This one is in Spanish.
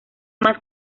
más